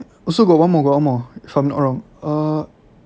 also got one more got one more if I'm not wrong uh